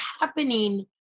happening